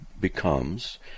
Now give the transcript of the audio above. becomes